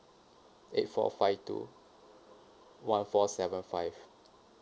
eight four five two one four seven five